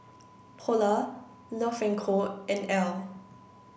Polar Love and Co and Elle